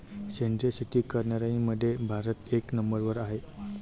सेंद्रिय शेती करनाऱ्याईमंधी भारत एक नंबरवर हाय